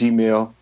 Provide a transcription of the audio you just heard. Gmail